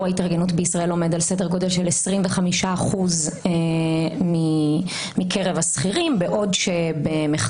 ההתארגנות בישראל עומד על סדר גודל של 25% מקרב השכירים בעוד שבמחקרים,